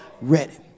ready